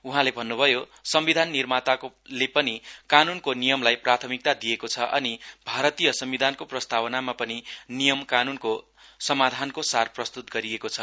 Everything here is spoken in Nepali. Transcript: उहाँले भन्न्भयो संविदान निर्माताले पनि कानूनको नियमलाई प्राथमिकता दिएको छ अनि भारतीय संविधानको प्रस्तावनामा पनि नियम कानूनको समाधानको सार प्रस्तूत गरिएको छ